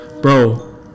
Bro